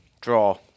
draw